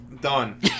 Done